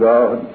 God